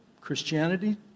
Christianity